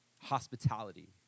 hospitality